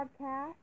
podcast